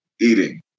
eating